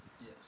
Yes